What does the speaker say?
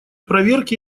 проверки